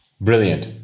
Brilliant